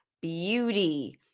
beauty